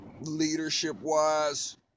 leadership-wise